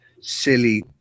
silly